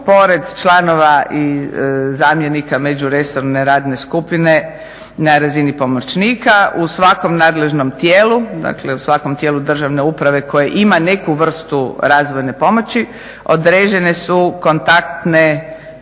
Pored članova i zamjenika međuresorne radne skupine na razini pomoćnika u svakom nadležnom tijelu, dakle u svakom tijelu državne uprave koje ima neku vrstu razvojne pomoći određene su kontaktne